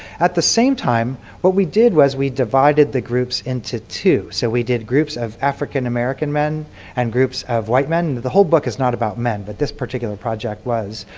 at the same time what we did was we divided the groups into two. so we did groups of african american men and groups of white men. and the whole book is not about men, but this particular project was.